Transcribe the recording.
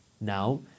now